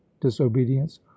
disobedience